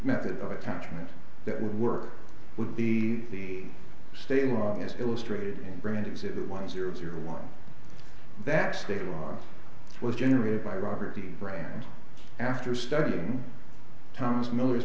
method of attachment that would work would be the state you are as illustrated in brand exhibit one zero zero one that state law was generated by robert de rand after studying thomas miller's